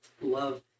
love